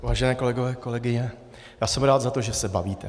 Vážení kolegové, kolegyně, já jsem rád za to, že se bavíte.